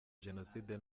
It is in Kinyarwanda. jenoside